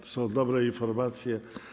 To są dobre informacje.